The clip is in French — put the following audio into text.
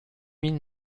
mille